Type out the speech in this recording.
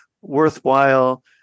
worthwhile